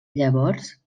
llavors